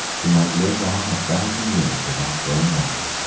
who might live on a thousand years without growing old.